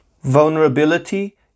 vulnerability